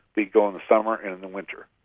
we go in the summer and the winter.